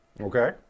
Okay